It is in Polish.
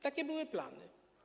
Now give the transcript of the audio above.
Takie były plany.